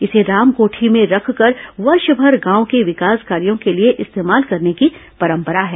इसे रामकोठी में रखकर वर्ष भर गांव के विकास कार्यों के लिए इस्तेमाल करने की परंपरा है